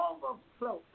Overflow